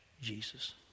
Jesus